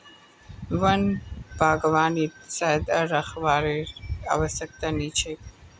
वन बागवानीत ज्यादा रखरखावेर आवश्यकता नी छेक